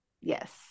Yes